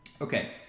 Okay